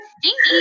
Stinky